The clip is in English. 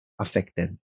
affected